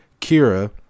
Kira